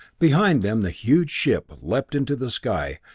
behind them the huge ship leaped into the sky,